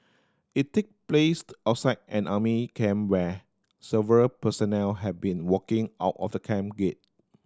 it take placed outside an army camp where several personnel have been walking out of the camp gate